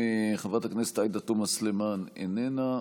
חברת הכנסת עאידה תומא סלימאן, איננה,